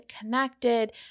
connected